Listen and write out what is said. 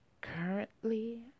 currently